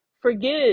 forgive